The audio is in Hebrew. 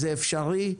זה אפשרי.